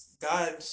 God